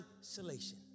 isolation